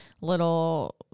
little